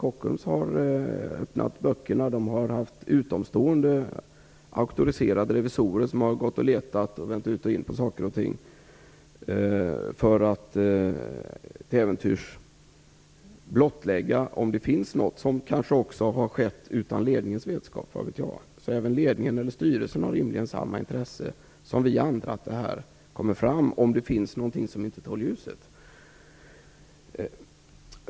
Kockums har öppnat böckerna och haft utomstående auktoriserade revisorer som gått och letat och vänt ut och in på saker och ting för att till äventyrs blottlägga om det kan ha skett något utan ledningens vetskap. Även ledningen, eller styrelsen, har alltså rimligen samma intresse som vi andra av att det kommer fram om det finns någonting som inte tål ljuset.